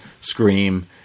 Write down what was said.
Scream